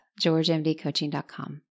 georgemdcoaching.com